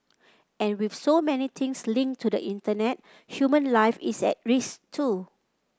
and with so many things linked to the Internet human life is at risk too